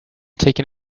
taken